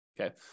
okay